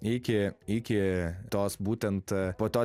iki iki tos būtent po to